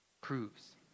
proves